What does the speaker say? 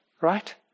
right